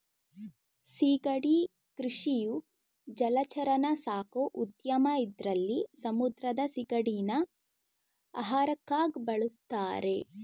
ಸಿಗಡಿ ಕೃಷಿಯು ಜಲಚರನ ಸಾಕೋ ಉದ್ಯಮ ಇದ್ರಲ್ಲಿ ಸಮುದ್ರದ ಸಿಗಡಿನ ಆಹಾರಕ್ಕಾಗ್ ಬಳುಸ್ತಾರೆ